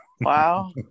Wow